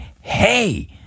hey